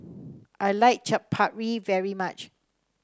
I like Chaat Papri very much